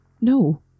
No